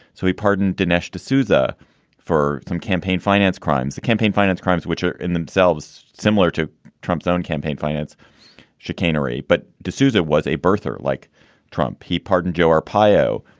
so he pardoned dinesh d'souza for some campaign finance crimes, campaign finance crimes, which are in themselves similar to trump's own campaign finance chicanery. but d'souza was a birther like trump. he pardoned joe arpaio,